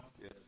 Yes